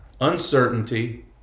Uncertainty